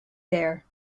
there